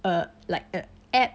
a like a app